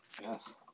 Yes